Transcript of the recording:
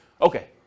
Okay